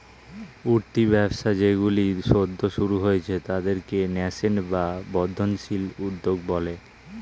উঠতি ব্যবসা যেইগুলো সদ্য শুরু হয়েছে তাদেরকে ন্যাসেন্ট বা বর্ধনশীল উদ্যোগ বলে